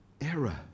error